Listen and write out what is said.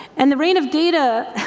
and the reign of data,